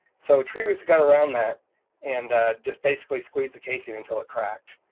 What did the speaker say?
so tree roots got around that and just basically squeeze the casing until it cracked.